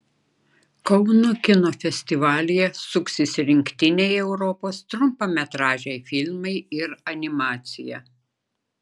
kauno kino festivalyje suksis rinktiniai europos trumpametražiai filmai ir animacija